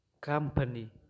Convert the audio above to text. company